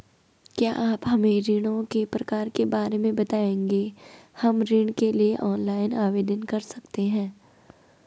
क्या आप हमें ऋणों के प्रकार के बारे में बताएँगे हम ऋण के लिए ऑनलाइन आवेदन कर सकते हैं?